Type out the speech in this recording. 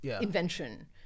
invention